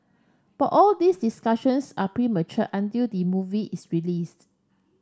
but all these discussions are premature until the movie is releases